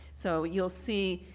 so he will see